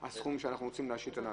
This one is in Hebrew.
את הסכום שאנחנו רוצים להשית על האנשים.